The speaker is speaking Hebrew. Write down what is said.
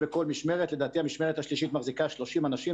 לדעתי המשמרת השלישית מחזיקה 30 אנשים,